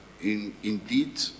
indeed